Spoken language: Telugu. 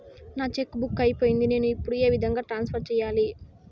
నా చెక్కు బుక్ అయిపోయింది నేను ఇప్పుడు ఏ విధంగా ట్రాన్స్ఫర్ సేయాలి?